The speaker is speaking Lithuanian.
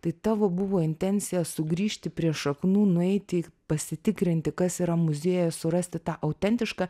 tai tavo buvo intencija sugrįžti prie šaknų nueiti pasitikrinti kas yra muziejus surasti tą autentišką